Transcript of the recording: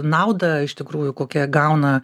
naudą iš tikrųjų kokią gauna